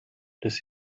des